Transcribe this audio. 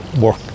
work